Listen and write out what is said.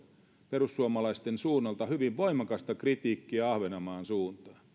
perussuomalaisten suunnalta hyvin voimakasta kritiikkiä ahvenanmaan suuntaan